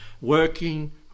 working